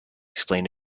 explain